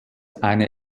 eine